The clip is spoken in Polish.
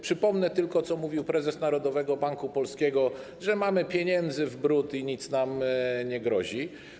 Przypomnę tylko, co mówił prezes Narodowego Banku Polskiego: mamy pieniędzy w bród i nic nam nie grozi.